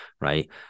right